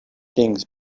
things